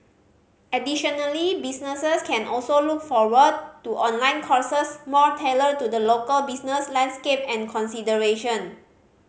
additionally businesses can also look forward to online courses more tailored to the local business landscape and consideration